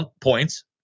points